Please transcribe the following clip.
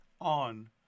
on